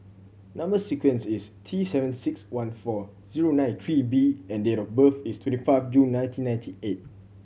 number sequence is T seven six one four zero nine three B and date of birth is twenty five June nineteen ninety eight